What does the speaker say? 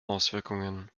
auswirkungen